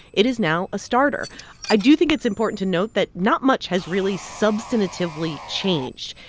it is now a starter i do think it's important to note that not much has really substantively changed.